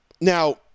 Now